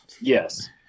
Yes